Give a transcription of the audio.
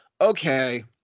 Okay